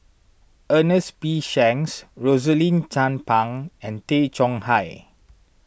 Ernest P Shanks Rosaline Chan Pang and Tay Chong Hai